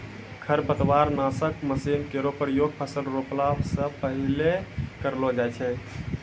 खरपतवार नासक मसीन केरो प्रयोग फसल रोपला सें पहिने करलो जाय छै